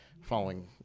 following